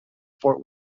fort